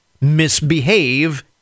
misbehave